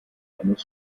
eines